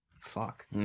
Fuck